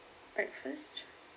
breakfast